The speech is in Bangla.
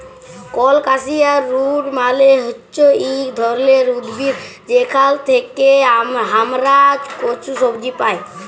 কলকাসিয়া রুট মালে হচ্যে ইক ধরলের উদ্ভিদ যেখাল থেক্যে হামরা কচু সবজি পাই